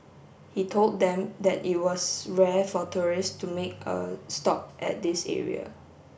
he told them that it was rare for tourists to make a stop at this area